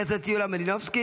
חברת הכנסת יוליה מלינובסקי,